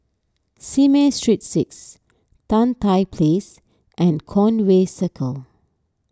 Simei Street six Tan Tye Place and Conway Circle